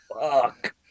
Fuck